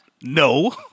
No